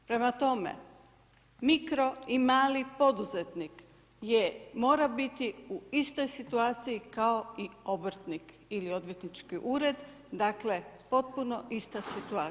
Prema tome, mikro i mali poduzetnik mora biti u istoj situaciji kao i obrtnik ili odvjetnički ured, dakle potpuno ista situacija.